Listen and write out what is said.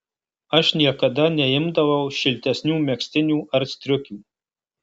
aš niekada neimdavau šiltesnių megztinių ar striukių